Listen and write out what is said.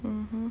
mmhmm